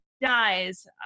dies